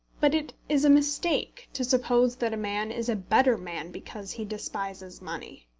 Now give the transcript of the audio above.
but it is a mistake to suppose that a man is a better man because he despises money.